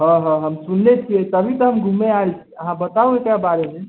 हँ हँ हम सुनले छियै तभी तऽ हम घुमै आयल छी अहाँ बताउ एकरा बारे मे